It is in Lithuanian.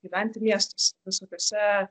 gyventi miestuose visokiose